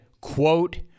quote